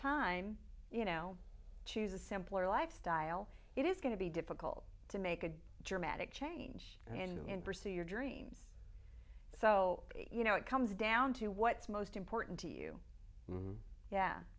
time you know choose a simpler lifestyle it is going to be difficult to make a dramatic change in pursue your dreams so you know it comes down to what's most important to you